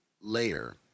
layer